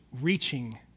reaching